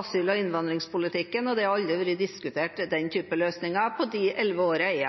asyl- og innvandringspolitikken, og den typen løsninger har aldri vært diskutert